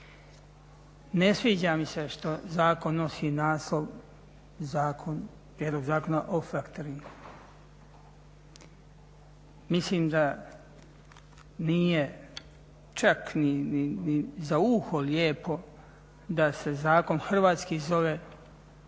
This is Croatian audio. Ne sviđa mi se što zakon nosi naslov prijedlog Zakona o factoringu. Mislim da nije čak ni za uho lijepo da se zakon hrvatski zove